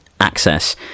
access